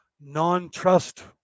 Non-trust